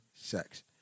sex